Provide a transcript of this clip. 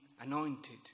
anointed